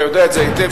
אתה יודע את זה היטב,